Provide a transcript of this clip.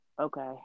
Okay